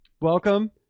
Welcome